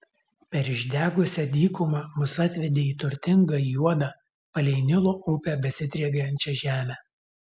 per išdegusią dykumą mus atvedė į turtingą juodą palei nilo upę besidriekiančią žemę